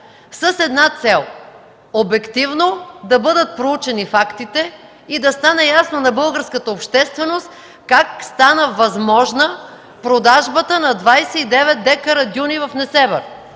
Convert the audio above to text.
с една цел: обективно да бъдат проучени фактите и да стане ясно на българската общественост как стана възможна продажбата на 29 декара дюни в Несебър.